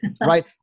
right